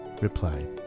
replied